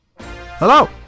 Hello